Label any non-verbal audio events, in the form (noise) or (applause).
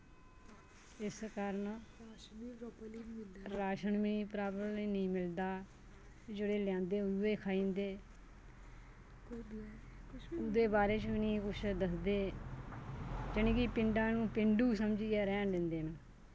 इस कारण राशन वी (unintelligible) नेईं मिलदा जेह्ड़े लेआंदे उऐ खाई जंदे उंदे बारे च वी निं कुछ दसदे जानि कि पिंडां नूं पिंडू समझियै रैह्न दिंदे न